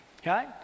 Okay